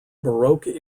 baroque